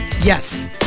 Yes